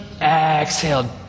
exhale